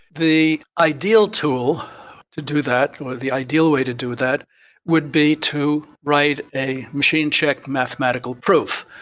the ideal tool to do that or the ideal way to do that would be to write a machine check mathematical proof,